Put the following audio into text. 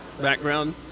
background